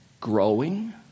growing